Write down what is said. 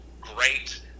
great